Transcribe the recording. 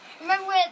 Remember